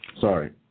Sorry